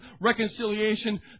reconciliation